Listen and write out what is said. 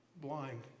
blind